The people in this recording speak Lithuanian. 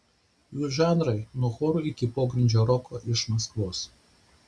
jų žanrai nuo chorų iki pogrindžio roko iš maskvos